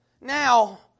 Now